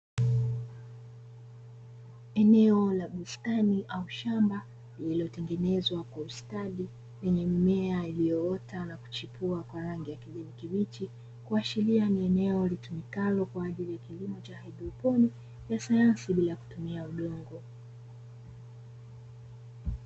Eneo la bustani au shamba lililotengenezwa kwa ustadi lenye mimea iliyoota na kuchipua kwa rangi ya kijani kibichi, kuashiria ni eneo litumikalo kwa ajili ya kilimo cha haidroponi ya sayansi bila kutumia udongo.